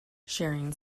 sharing